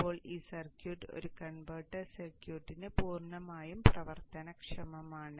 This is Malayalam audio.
ഇപ്പോൾ ഈ സർക്യൂട്ട് ഒരു കൺവെർട്ടർ സർക്യൂട്ടിന് പൂർണ്ണമായും പ്രവർത്തനക്ഷമമാണ്